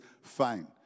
fine